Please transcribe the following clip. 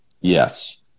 Yes